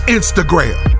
Instagram